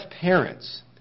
parents